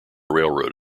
railroad